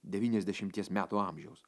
devyniasdešimties metų amžiaus